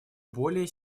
более